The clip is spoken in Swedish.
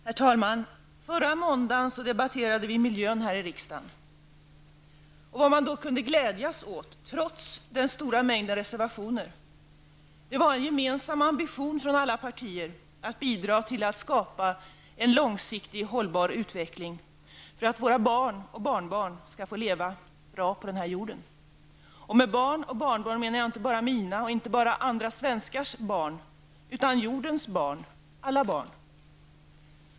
Herr talman! Förra måndagen debatterade vi miljön här i riksdagen. Vad man då kunde glädjas åt, trots den stora mängden reservationer, var en gemensam ambition, från alla partier, att bidra till att skapa en långsiktig och hållbar utveckling, för att våra barn och barnbarn skall få leva kvar på den här jorden. Och med barn och barnbarn menar jag inte bara mina eller andra svenskars barn, utan jordens barn -- alla barn.